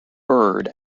bird